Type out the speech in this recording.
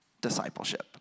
discipleship